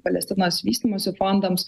palestinos vystymosi fondams